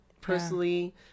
personally